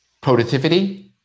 productivity